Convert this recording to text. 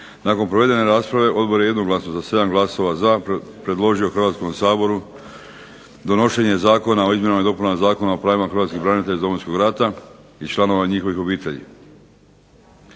Nakon provedene rasprave odbor je jednoglasno sa 7 glasova za predložio Hrvatskom saboru donošenje Zakona o izmjenama i dopunama Zakona o pravima hrvatskih branitelja iz Domovinskog rata i članova njihovih obitelji.